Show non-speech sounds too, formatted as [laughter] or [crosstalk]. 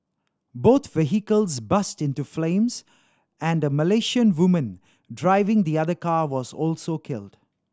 both vehicles [unintelligible] into flames and a Malaysian woman driving the other car was also killed